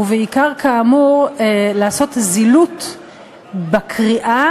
ובעיקר כאמור לעשות זילות בקריאה,